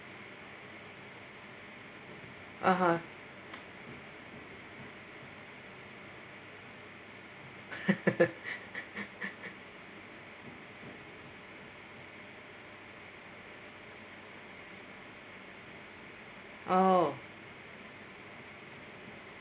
(uh huh) oh